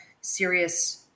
serious